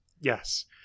Yes